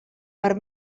per